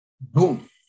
boom